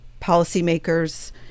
policymakers